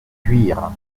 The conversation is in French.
cuire